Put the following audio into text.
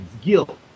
guilt